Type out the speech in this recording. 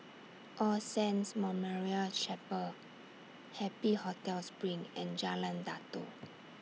All Saints Memorial Chapel Happy Hotel SPRING and Jalan Datoh